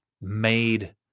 made